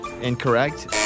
Incorrect